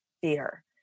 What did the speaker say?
fear